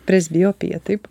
presbiopija taip